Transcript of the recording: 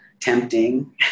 tempting